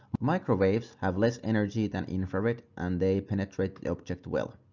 microwaves have less energy than infrared and they penetrate object well.